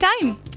time